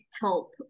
help